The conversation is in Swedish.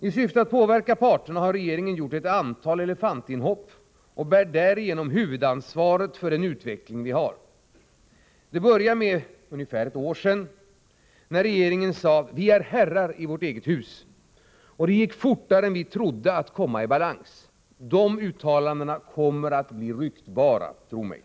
I syfte att påverka avtalsparterna har regeringen gjort ett antal elefantinhopp och bär därigenom huvudansvaret för den utveckling vi har. Det började för ungefär ett år sedan när regeringen sade att ”vi är herrar i vårt eget hus” och att ”det gick fortare än vi trodde att komma i balans”. Dessa uttalanden kommer att bli ryktbara — tro mig!